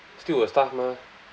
still got stuff mah